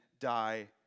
die